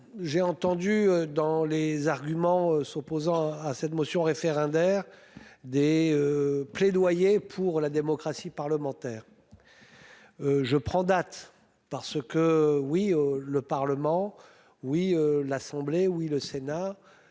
J'ai entendu dans les arguments s'opposant à cette motion référendaire des. Plaidoyer pour la démocratie parlementaire. Je prends date parce que oui le Parlement. Oui l'Assemblée oui le Sénat.